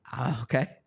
Okay